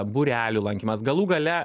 būrelių lankymas galų gale